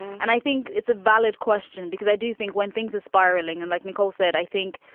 and i think it's a valid question, because i do think when things are spiraling and like nicole said, i think,